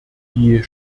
die